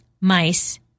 mice